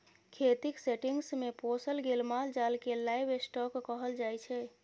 खेतीक सेटिंग्स मे पोसल गेल माल जाल केँ लाइव स्टाँक कहल जाइ छै